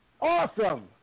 Awesome